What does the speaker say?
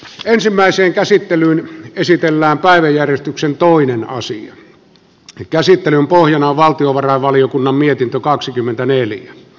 ensimmäiseen käsittelyyn esitellään päiväjärjestyksen toinen asia mikä sitten on pohjana valtiovarainvaliokunnan mietintö kaksikymmentäneljä